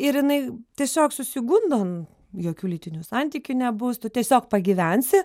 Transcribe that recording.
ir jinai tiesiog susigundo jokių lytinių santykių nebus tu tiesiog pagyvensi